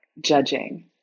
judging